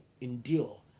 endure